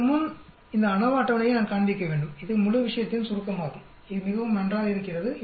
அதற்கு முன் இந்த அநோவா அட்டவணையை நான் காண்பிக்க வேண்டும் இது முழு விஷயத்தின் சுருக்கமாகும் இது மிகவும் நன்றாக இருக்கிறது